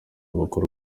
abakora